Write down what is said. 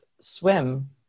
swim